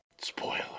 Spoiler